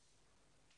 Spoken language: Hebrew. יונה ליבן מפלוגת בית.